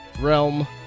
realm